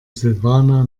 silvana